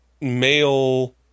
male